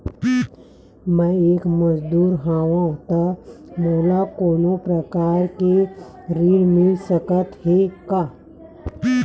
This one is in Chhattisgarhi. मैं एक मजदूर हंव त मोला कोनो प्रकार के ऋण मिल सकत हे का?